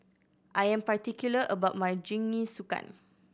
I am particular about my Jingisukan